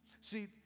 See